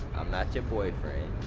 i'm not your boyfriend.